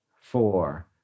four